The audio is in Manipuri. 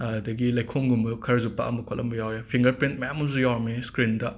ꯑꯗꯒꯤ ꯂꯩꯈꯣꯝꯒꯨꯝꯕ ꯈꯔꯁꯨ ꯄꯛꯂꯝꯕ ꯈꯣꯠꯂꯝꯕ ꯌꯥꯎꯋꯦ ꯐꯤꯡꯒꯔ ꯄ꯭ꯔꯤꯟ ꯃꯌꯥꯝ ꯑꯃꯁꯨ ꯌꯥꯎꯔꯝꯃꯤ ꯁ꯭ꯔꯤꯟꯗ